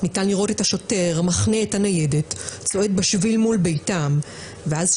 הזכירו גם את יהודה ביאדגה ז"ל את סיפור מותו של